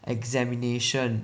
examination